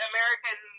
American